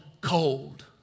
cold